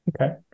okay